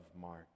Mark